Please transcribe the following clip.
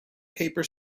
paper